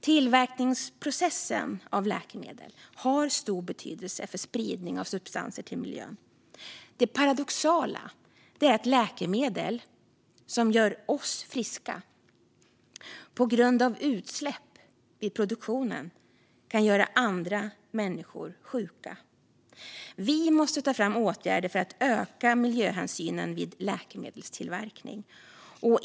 Tillverkningsprocessen av läkemedel har stor betydelse för spridning av substanser till miljön. Det paradoxala är att läkemedel som gör oss friska kan göra andra människor sjuka på grund av utsläpp vid produktionen. Vi måste ta fram åtgärder för att öka miljöhänsynen vid läkemedelstillverkning.